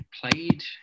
played